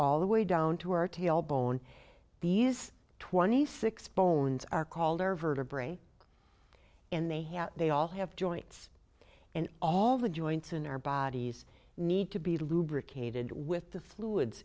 all the way down to our tail bone these twenty six bones are called or vertebrae and they have they all have joints and all the joints in our bodies need to be lubricated with the fluids